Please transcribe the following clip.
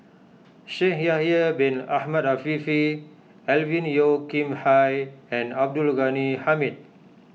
Shaikh Yahya Bin Ahmed Afifi Alvin Yeo Khirn Hai and Abdul Ghani Hamid